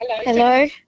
Hello